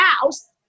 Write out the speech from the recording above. house